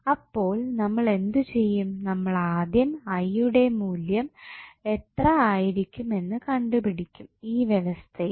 അപ്പോൾ നമ്മൾ എന്തു ചെയ്യും നമ്മളാദ്യം I യുടെ മൂല്യം എത്ര ആയിരിക്കും എന്ന് കണ്ടുപിടിക്കും ഈ വ്യവസ്ഥയിൽ